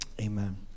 Amen